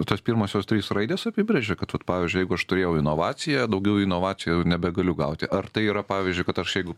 tos pirmosios trys raidės apibrėžia kad vat pavyzdžiui jeigu aš turėjau inovaciją daugiau inovacijoj jau nebegaliu gauti ar tai yra pavyzdžiui kad aš jeigu